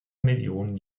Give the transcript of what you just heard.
million